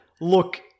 look